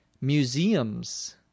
museums